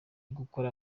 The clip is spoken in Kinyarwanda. gukora